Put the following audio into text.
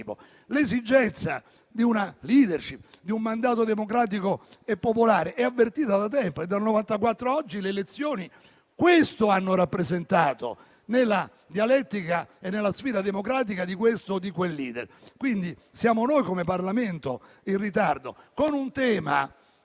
L'esigenza di una *leadership*, di un mandato democratico e popolare, è avvertita da tempo. Dal 1994 ad oggi, le elezioni questo hanno rappresentato nella dialettica e nella sfida democratica di questo o di quel *leader*. Quindi siamo noi, come Parlamento, in ritardo su un tema,